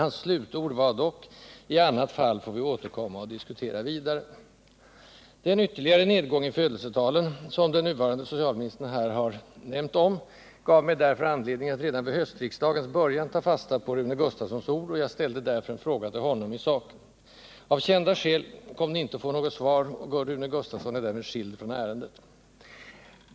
Hans slutord var dock: ”I annat fall får vi återkomma och diskutera vidare.” Den ytterligare nedgång i födelsetalen, som den nuvarande socialministern här har nämnt, gav mig därför anledning att redan vid höstriksdagens början ta fasta på Rune Gustavssons ord, och jag ställde därför en fråga till honom i saken. Av kända skäl kom den icke att få något svar och Rune Gustavsson är därmed skild från ärendet.